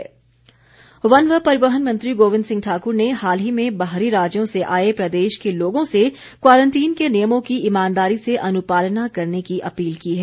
गोविंद ठाकुर वन व परिवहन मंत्री गोविंद सिंह ठाक्र ने हाल ही में बाहरी राज्यों से आए प्रदेश के लोगों से क्वारंटीन के नियमों की ईमानदारी से अनुपालना करने की अपील की है